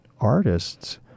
artists